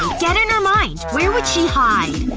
get in her mind. where would she hide,